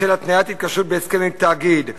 בשל התניית התקשרות בהסכם עם תאגיד,